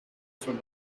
from